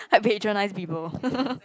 like patronise people